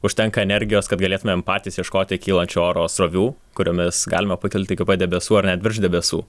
užtenka energijos kad galėtumėm patys ieškoti kylančio oro srovių kuriomis galime pakilti iki pat debesų ar net virš debesų